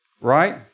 right